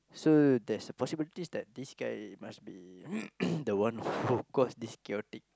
so there's a possibility that this guy must be the one who cause this chaotic